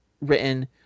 written